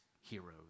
Heroes